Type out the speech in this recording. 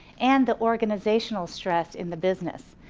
and the organizational stress in the business.